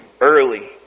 early